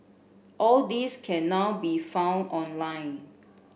all these can now be found online